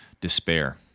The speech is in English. despair